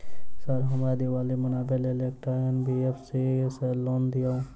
Sir हमरा दिवाली मनावे लेल एकटा एन.बी.एफ.सी सऽ लोन दिअउ?